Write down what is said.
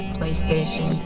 PlayStation